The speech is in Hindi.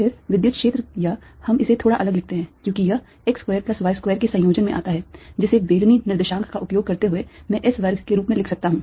फिर विद्युत क्षेत्र या हम इसे थोड़ा अलग लिखते हैं क्योंकि यह x square plus y square के संयोजन में आता है जिसे बेलनी निर्देशांक का उपयोग करते हुए मैं s वर्ग के रूप में लिख सकता हूं